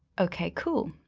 okay, cool,